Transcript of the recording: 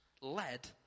led